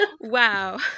wow